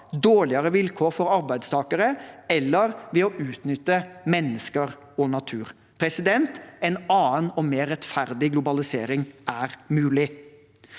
dårlige vilkår for arbeidstakere eller ved å utnytte mennesker og natur. En annen og mer rettferdig globalisering er mulig.